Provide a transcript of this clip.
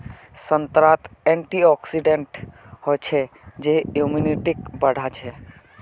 संतरात एंटीऑक्सीडेंट हचछे जे इम्यूनिटीक बढ़ाछे